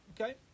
Okay